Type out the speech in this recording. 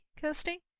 Kirsty